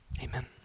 amen